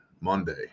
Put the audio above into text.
Monday